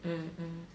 mm mm